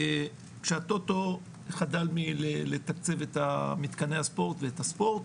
כשהטוטו חדל מלתקצב את המתקני הספורט ואת הספורט,